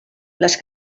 les